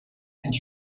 and